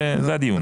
זה הדיון.